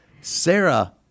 Sarah